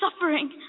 suffering